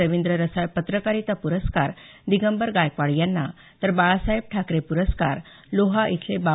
रवींद्र रसाळ पत्रकारिता प्रस्कार दिगंबर गायकवाड यांना तर बाळासाहेब ठाकरे प्रस्कार लोहा इथले बा